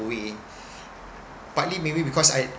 away partly maybe because I